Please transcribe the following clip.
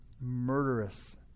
murderous